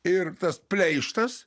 ir tas pleištas